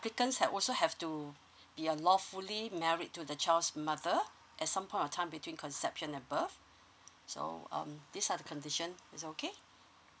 the applicant also have to be uh lawfully married to the child's mother at some point of time between conception above so um this are the condition is it okay